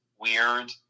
weird